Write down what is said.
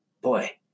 boy